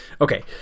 Okay